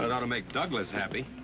and ought to make douglas happy,